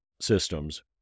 systems